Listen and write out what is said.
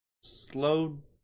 slow